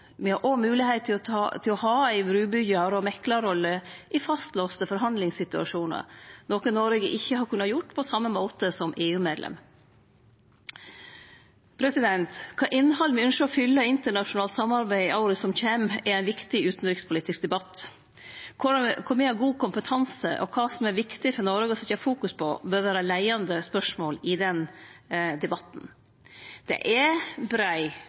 me har moglegheit til å ha ei brubyggjar- og meklarrolle i fastlåste forhandlingssituasjonar, noko Noreg ikkje kunne ha hatt på same måte som EU-medlem. Kva innhald me ynskjer å fylle internasjonalt samarbeid med i åra som kjem, er ein viktig utanrikspolitisk debatt. Kvar me har god kompetanse, og kva som er viktig for Noreg å fokusere på, bør vere leiande spørsmål i den debatten. Det er brei